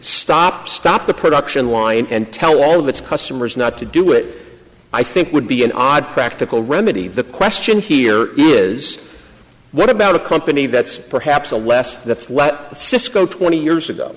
stop stop the production line and tell all of its customers not to do it i think would be an odd practical remedy the question here is what about a company that's perhaps a less that's what cisco twenty years ago